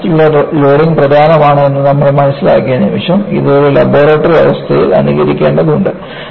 ആവർത്തിച്ചുള്ള ലോഡിംഗ് പ്രധാനമാണ് എന്ന് നമ്മൾ മനസ്സിലാക്കിയ നിമിഷം ഇത് ഒരു ലബോറട്ടറി അവസ്ഥയിൽ അനുകരിക്കേണ്ടതുണ്ട്